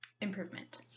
improvement